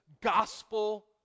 gospel